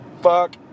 Fuck